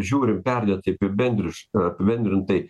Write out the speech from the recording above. žiūrim perdėtai apibendriš apibendrintai